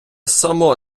само